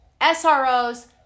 SROs